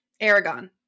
Aragon